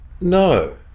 No